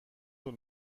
طول